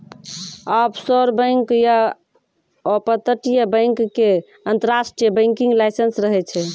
offshore bank या अपतटीय bank के अंतरराष्ट्रीय बैंकिंग लाइसेंस रहै छै